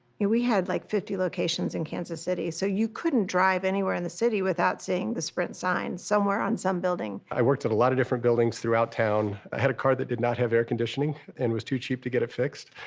you know, we had like fifty locations in kansas city so you couldn't drive anywhere in the city without seeing the sprint sign somewhere on some building. i worked a lot of different buildings throughout town. i had a car that did not have air conditioning and was too cheap to get it fixed.